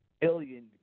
billion